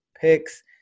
picks